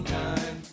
time